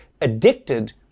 addicted